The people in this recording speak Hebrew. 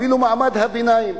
אפילו מעמד הביניים,